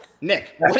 Nick